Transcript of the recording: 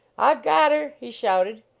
i ve got her! he shouted.